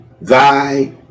thy